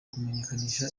kumenyekanisha